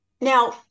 now